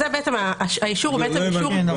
לא הבנתי.